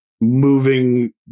moving